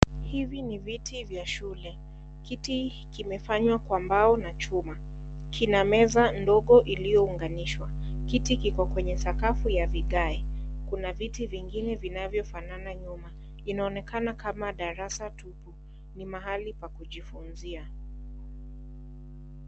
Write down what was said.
Hivi ni viti vya shule, kiti kimefanywa kwa mbao na chuma, kina meza ndogo iliyounganishwa, kiti kiko kwenye sakafu ya vigai, kuna viti vinavyofanana nyuma, inaonekana kama darasa tupu, ni mahali pa kujifunzia.